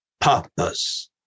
purpose